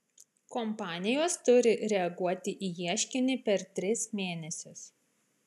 kompanijos turi reaguoti į ieškinį per tris mėnesius